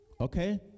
okay